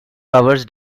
hours